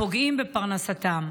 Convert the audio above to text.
הפוגעים בפרנסתם.